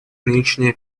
нынешние